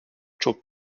çok